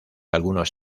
algunos